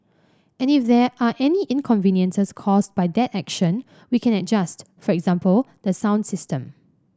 and if there are any inconveniences caused by that action we can adjust for example the sound system